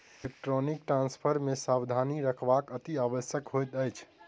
electronic transfer मे सावधानी राखब अतिआवश्यक होइत अछि